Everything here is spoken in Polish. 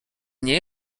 nie